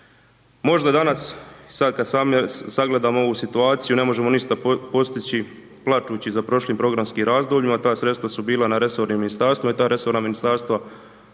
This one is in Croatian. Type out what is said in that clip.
Možda danas, sad kad sagledamo ovu situaciju, ne možemo ništa postići plačući za prošlim programskim razdobljima, ta sredstva su bila na resornim ministarstvima i ta resorna ministarstva,